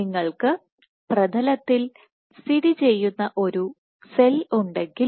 നിങ്ങൾക്ക് പ്രതലത്തിൽ സ്ഥിതി ചെയ്യുന്ന ഒരു സെൽ ഉണ്ടെങ്കിൽ